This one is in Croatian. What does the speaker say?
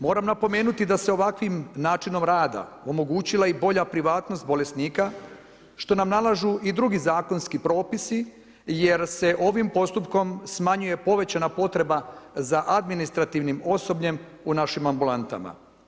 Moram napomenuti da se ovakvim načinom rada omogućila i bolja privatnost bolesnika što nam nalažu i drugi zakonski propisi jer se ovim postupkom smanjuje povećana potreba za administrativnim osobljem u našim ambulantama.